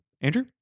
Andrew